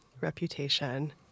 Reputation